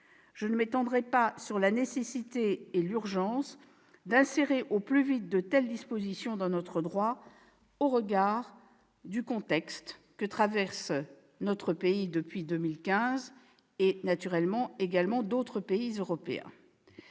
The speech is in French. Je ne m'étendrai pas sur la nécessité et l'urgence d'insérer au plus vite de telles dispositions dans notre droit au regard du contexte que connaît notre pays, comme d'autres pays européens,